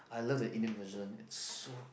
I love the Indian version so